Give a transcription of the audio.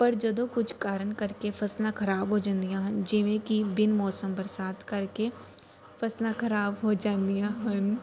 ਪਰ ਜਦੋਂ ਕੁਝ ਕਾਰਨ ਕਰਕੇ ਫਸਲਾਂ ਖਰਾਬ ਹੋ ਜਾਂਦੀਆਂ ਹਨ ਜਿਵੇਂ ਕਿ ਬਿਨ ਮੌਸਮ ਬਰਸਾਤ ਕਰਕੇ ਫਸਲਾਂ ਖਰਾਬ ਹੋ ਜਾਂਦੀਆਂ ਹਨ